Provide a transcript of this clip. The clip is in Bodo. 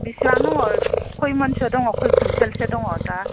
बिसिबां दङ खयमनसो दङ खय कुन्टेलसो दङ दा